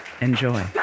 Enjoy